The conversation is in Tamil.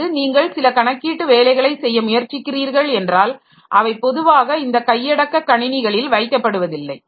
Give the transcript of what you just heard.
அல்லது நீங்கள் சில கணக்கீட்டு வேலைகளைச் செய்ய முயற்சிக்கிறீர்கள் என்றால் அவை பொதுவாக இந்த கையடக்க கணினிகளில் வைக்கப்படுவதில்லை